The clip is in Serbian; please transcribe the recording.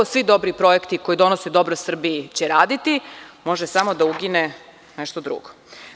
Svi dobri projekti koji donose dobro Srbiji će raditi, može samo da ugine nešto drugo.